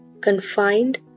confined